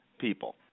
people